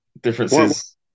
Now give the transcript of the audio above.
Differences